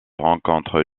rencontre